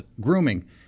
grooming